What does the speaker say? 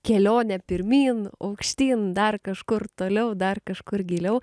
kelionę pirmyn aukštyn dar kažkur toliau dar kažkur giliau